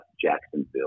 Jacksonville